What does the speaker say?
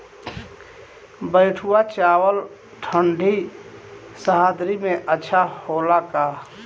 बैठुआ चावल ठंडी सह्याद्री में अच्छा होला का?